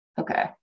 okay